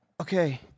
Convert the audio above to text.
okay